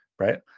Right